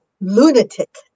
lunatic